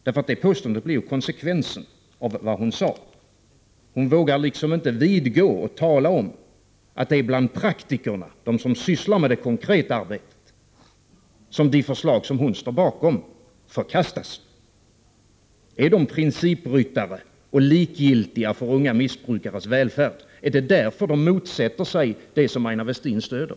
Detta påstående blir ju konsekvensen av vad hon sade. Hon vågar tydligen inte vidgå — och tala om — att det är bland praktikerna, bland dem som sysslar med det konkreta arbetet, som de förslag hon står bakom förkastas. Är de principryttare och likgiltiga för unga missbrukares välfärd? Är det därför de motsätter sig det som Aina Westin stöder?